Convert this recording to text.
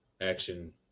action